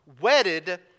wedded